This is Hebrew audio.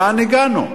לאן הגענו?